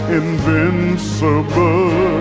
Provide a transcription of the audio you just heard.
invincible